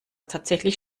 tatsächlich